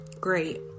great